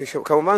כמובן,